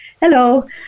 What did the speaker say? Hello